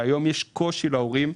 והיום יש קושי להורים,